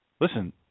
Listen